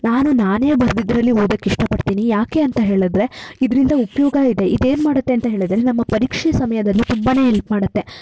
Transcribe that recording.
ನಾನು ನಾನೇ ಬರೆದಿದ್ರಲ್ಲಿ ಓದಕ್ಕೆ ಇಷ್ಟ ಪಡ್ತೀನಿ ಯಾಕೆ ಅಂತ ಹೇಳಿದ್ರೆ ಇದರಿಂದ ಉಪಯೋಗ ಇದೆ ಇದೇನು ಮಾಡುತ್ತೆ ಅಂತ ಹೇಳಿದರೆ ನಮ್ಮ ಪರೀಕ್ಷೆ ಸಮಯದಲ್ಲಿ ತುಂಬಾ ಎಲ್ಪ್ ಮಾಡುತ್ತೆ